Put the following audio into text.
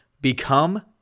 Become